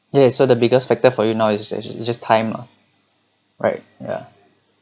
yeah so the biggest factor for you now is just actually is just time ah right ya